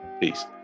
Peace